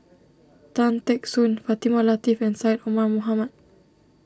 Tan Teck Soon Fatimah Lateef and Syed Omar Mohamed